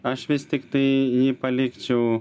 aš vis tiktai jį palikčiau